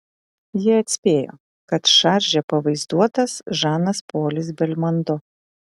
jie atspėjo kad šarže pavaizduotas žanas polis belmondo